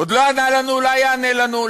עוד לא ענה לנו, אולי יענה לנו.